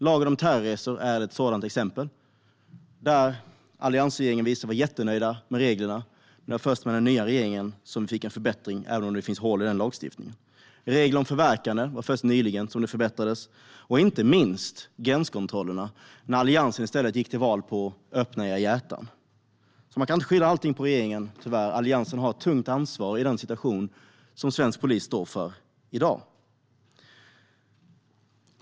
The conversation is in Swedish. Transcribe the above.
Lagen om terrorresor är ett sådant exempel, där alliansregeringen visserligen var jättenöjd med reglerna, men det var först med den nya regeringen som vi fick en förbättring, även om det finns hål i den lagstiftningen. Reglerna om förverkande förbättrades först nyligen. Inte minst handlar det om gränskontrollerna, där Alliansen i stället gick till val på uppmaningen: Öppna era hjärtan! Man kan alltså inte skylla allting på regeringen. Alliansen har tyvärr ett tungt ansvar för den situation som svensk polis står inför i dag.